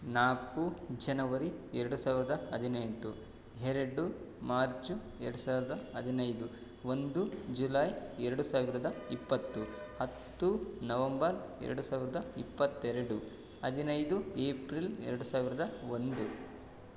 ನಾಲ್ಕು ಜನವರಿ ಎರಡು ಸಾವಿರದ ಹದಿನೆಂಟು ಎರಡು ಮಾರ್ಚು ಎರಡು ಸಾವಿರದ ಹದಿನೈದು ಒಂದು ಜುಲಾಯ್ ಎರಡು ಸಾವಿರದ ಇಪ್ಪತ್ತು ಹತ್ತು ನವಂಬರ್ ಎರಡು ಸಾವಿರದ ಇಪ್ಪತ್ತೆರಡು ಹದಿನೈದು ಏಪ್ರಿಲ್ ಎರಡು ಸಾವಿರದ ಒಂದು